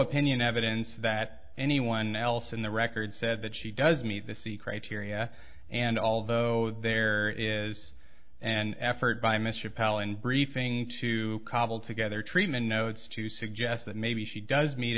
opinion evidence that anyone else in the record said that she does meet the c criteria and although there is an effort by mr palin briefing to cobble together treatment notes to suggest that maybe she does meet